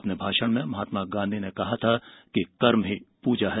अपने भाषण में महात्मा गांधी ने कहा था कि कर्म ही पूजा है